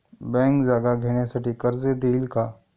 Bank जागा घेण्यासाठी कर्ज देईल का?